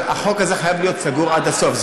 אבל החוק הזה חייב להיות סגור עד הסוף.